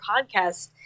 podcast